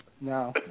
No